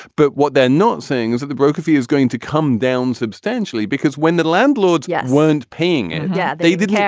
but what they're not saying is that the broker fee is going to come down substantially because when the landlords yeah weren't paying and yeah, they did. yeah.